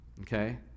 Okay